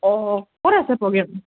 অঁ ক'ত আছে প্ৰগ্ৰেম